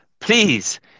please